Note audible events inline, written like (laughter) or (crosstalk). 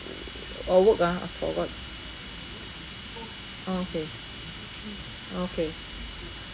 (noise) or work ah I forgot okay okay